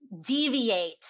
deviate